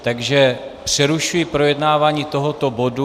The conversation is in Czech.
Takže přerušuji projednávání tohoto bodu.